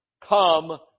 come